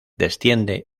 desciende